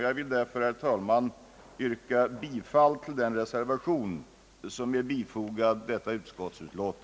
Jag vill därför, herr talman, yrka bifall till den reservation som är bifogad detta utskottsutlåtande.